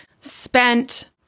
spent